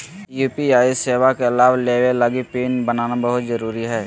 UPI सेवा के लाभ लेबे लगी पिन बनाना बहुत जरुरी हइ